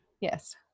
Yes